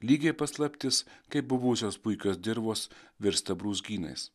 lygiai paslaptis kaip buvusios puikios dirvos virsta brūzgynais